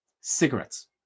Cigarettes